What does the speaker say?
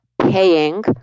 paying